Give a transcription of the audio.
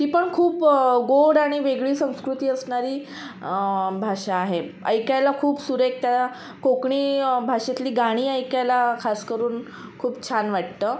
ती पण खूप गोड आणि वेगळी संस्कृती असणारी भाषा आहे ऐकायला खूप सुरेख त्याला कोकणी भाषेतली गाणी ऐकायला खास करून खूप छान वाटतं